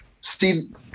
Steve